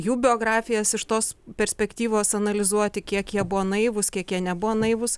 jų biografijas iš tos perspektyvos analizuoti kiek jie buvo naivūs kiek jie nebuvo naivūs